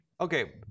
Okay